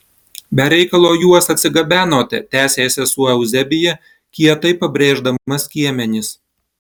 be reikalo juos atsigabenote tęsė sesuo euzebija kietai pabrėždama skiemenis